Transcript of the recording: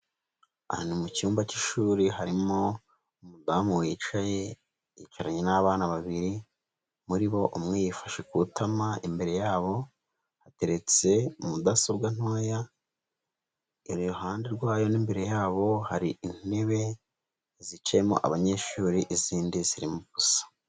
Ahantu mu cyumba cy'ishuri harimo umudamu wicaye yicaranye n'abana babiri, muri bo umwe yifashe ku tama imbere yabo hateretse mudasobwa ntoya, iruruhande rwayo n'imbere yabo hari intebe zicayemo abanyeshuri izindi zirimo ubusa.